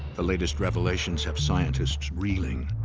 the latest revelations have scientists reeling.